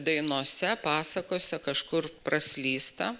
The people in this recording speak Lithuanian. dainose pasakose kažkur praslysta